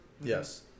Yes